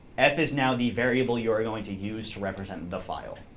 f is now the variable you're going to use to represent the file.